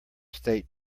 state